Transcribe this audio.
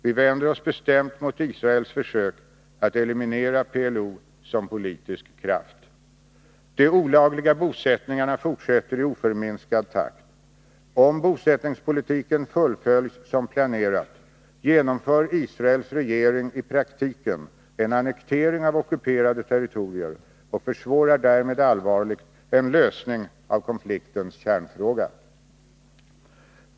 Vi vänder oss bestämt mot Israels försök att eliminera PLO som politisk kraft. De olagliga bosättningarna fortsätter i oförminskad takt. Om bosättningspolitiken fullföljs som planerat genomför Israels regering i praktiken en annektering av ockuperade territorier och försvårar därmed allvarligt en lösning av konfliktens kärnfråga.